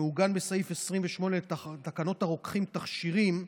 המעוגן בסעיף 28 לתקנות הרוקחים (תכשירים),